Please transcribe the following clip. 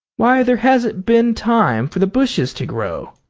why, there hasn't been time for the bushes to grow.